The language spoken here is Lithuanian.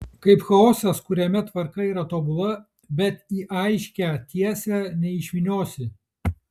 kaip chaosas kuriame tvarka yra tobula bet į aiškią tiesę neišvyniosi